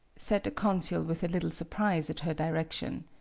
said the consul, with a little surprise at her direction.